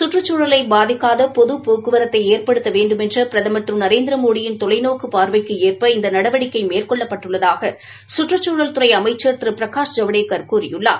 கற்றுச்சூழலை பாதிக்காத பொது போக்குவரத்தை ஏற்படுத்த வேண்டுமென்ற பிரதமா் திரு நரேந்திரமோடியின் தொலைநோக்கு பார்வைக்கு ஏற்ப இந்த நடவடிக்கை மேற்கொள்ளப்பட்டுள்ளதாக கற்றுச்சூழல் துறை அமைச்சா் திரு பிரகாஷ் ஜவடேக்கர் கூறியுள்ளார்